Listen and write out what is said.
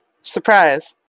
Surprise